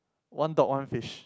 one dog one fish